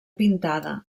pintada